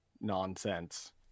nonsense